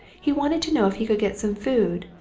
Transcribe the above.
he wanted to know if he could get some food,